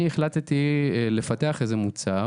אני החלטתי לפתח איזה מוצר